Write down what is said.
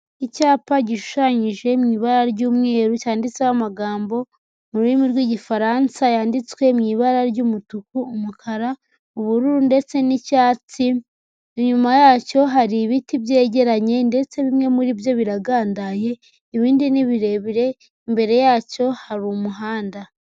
Icyapa gishushanyije mu ibara ry'umweru cyanditseho amagambo mu rurimi rw'Igifaransa yanditswe mu ibara ry'umutuku, umukara, ubururu ndetse n'icyatsi, inyuma yacyo hari ibiti byegeranye ndetse bimwe muri byo biragandaye, ibindi ni birebire mbere yacyo hari umuhanda.